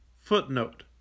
Footnote